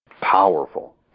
Powerful